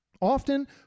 often